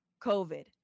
COVID